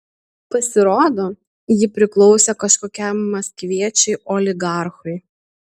pasirodo ji priklausė kažkokiam maskviečiui oligarchui